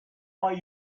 why